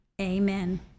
amen